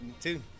Two